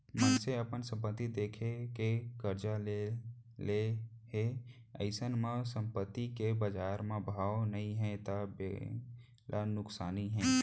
मनसे अपन संपत्ति देखा के करजा ले हे अइसन म संपत्ति के बजार म भाव नइ हे त बेंक ल नुकसानी हे